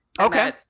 Okay